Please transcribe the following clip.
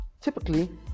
typically